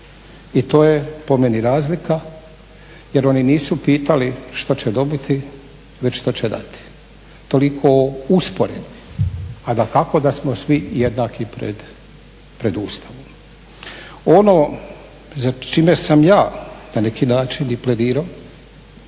I to je po meni razlika jer oni nisu pitali šta će dobiti već šta će dati. Toliko o usporedbi a dakako da smo svi jednaki pred Ustavom. Ono za čime sam ja na neki način i pledirao